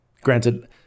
Granted